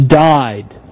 died